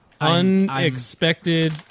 unexpected